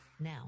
Now